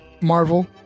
Marvel